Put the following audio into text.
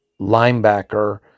linebacker